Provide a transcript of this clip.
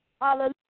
Hallelujah